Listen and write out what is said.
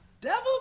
Devil